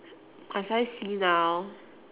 must I see now